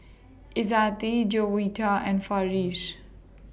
Izzati Juwita and Farish